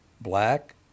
Black